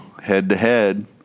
head-to-head